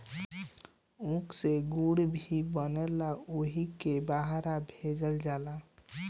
ऊख से गुड़ भी बनेला ओहुके बहरा भेजल जाला